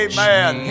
Amen